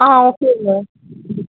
ஆ ஓகேங்க